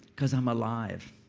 because i'm alive.